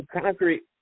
Concrete